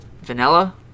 vanilla